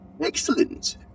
Excellent